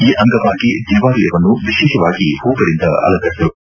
ಈ ಅಂಗವಾಗಿ ದೇವಾಲಯನ್ನು ವಿಶೇಷವಾಗಿ ಹೂಗಳಿಂದ ಅಲಂಕರಿಸಲಾಗಿದೆ